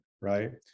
right